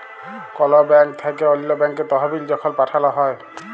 call bank থ্যাইকে অল্য ব্যাংকে তহবিল যখল পাঠাল হ্যয়